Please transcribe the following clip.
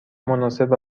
مناسب